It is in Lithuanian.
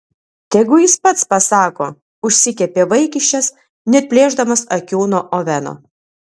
tegu jis pats pasako užsikepė vaikiščias neatplėšdamas akių nuo oveno